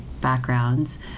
backgrounds